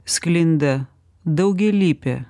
sklinda daugialypė